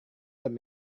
sent